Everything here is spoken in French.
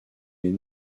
les